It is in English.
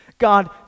God